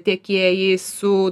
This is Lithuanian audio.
tiekėjais su